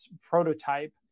prototype